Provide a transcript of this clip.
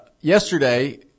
yesterday